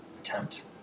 attempt